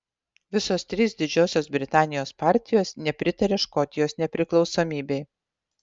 visos trys didžiosios britanijos partijos nepritaria škotijos nepriklausomybei